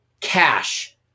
cash